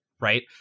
right